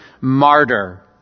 martyr